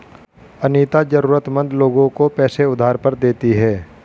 अनीता जरूरतमंद लोगों को पैसे उधार पर देती है